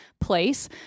place